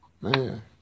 man